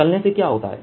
तलने से क्या होता है